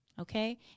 Okay